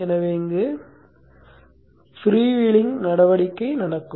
எனவே இங்கு ஃப்ரீவீலிங் நடவடிக்கை நடக்கும்